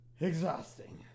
exhausting